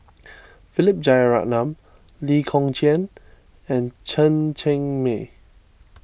Philip Jeyaretnam Lee Kong Chian and Chen Cheng Mei